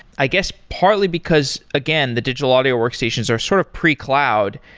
i guess, partly because again, the digital audio workstations are sort of pre-cloud,